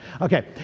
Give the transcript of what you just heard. Okay